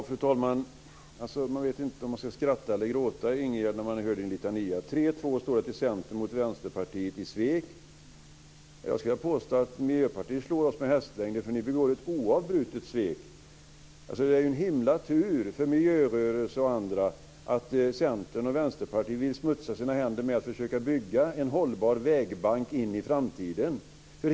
Fru talman! Man vet inte om man ska skratta eller gråta, Ingegerd, när man hör din litania. 3-2 står det till Centern mot Vänsterpartiet i svek. Jag skulle vilja påstå att Miljöpartiet slår oss med hästlängder, för ni begår ett oavbrutet svek. Det är en himla tur för miljörörelsen och andra att Centern och Vänsterpartiet vill smutsa sina händer med att försöka bygga en hållbar vägbank in i framtiden.